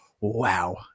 wow